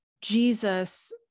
Jesus